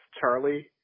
Charlie